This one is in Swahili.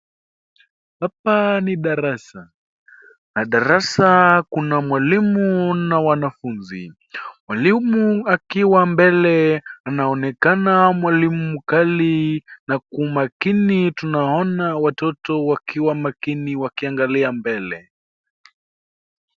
Hapa ni darasa na darasa kuna mwalimu na wanafunzi. Mwalimu akiwa mbele anaonekana mwalimu mkali na kwa umakini tunaona watoto wakiwa makini wakiangalia mbele.